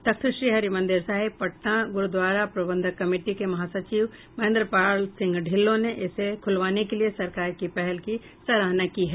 तख्तश्री हरिमंदिर साहिब पटना गुरुद्वारा प्रबंधक कमेटी के महासचिव महेंद्र पाल सिंह ढिल्लों ने इसे खुलवाने के लिए सरकार की पहल की सराहना की है